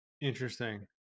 Interesting